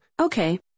Okay